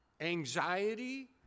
anxiety